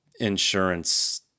insurance